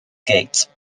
gate